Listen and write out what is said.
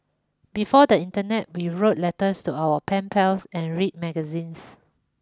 before the internet we wrote letters to our pen pals and read magazines